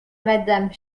madame